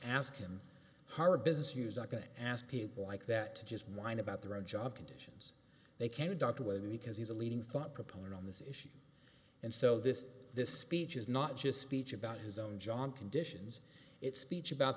him her business use not going to ask people like that to just whine about their own job conditions they can adopt a way because he's a leading thought proponent on this issue and so this this speech is not just speech about his own john conditions it's speech about